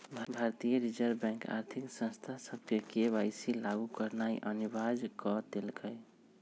भारतीय Reserve Bank आर्थिक संस्था सभके के.वाई.सी लागु करनाइ अनिवार्ज क देलकइ